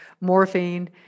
morphine